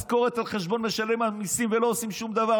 משכורת על חשבון משלם המיסים ולא עושים שום דבר,